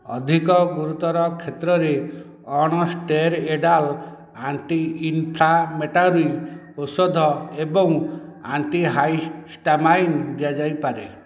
ଅଧିକ ଗୁରୁତର କ୍ଷେତ୍ରରେ ଅଣ ଷ୍ଟେରଏଡାଲ୍ ଆଣ୍ଟି ଇନ୍ଫ୍ଲାମେଟୋରୀ ଔଷଧ ଏବଂ ଆଣ୍ଟିହାଇଷ୍ଟାମାଇନ୍ ଦିଆଯାଇପାରେ